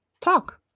talk